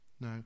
No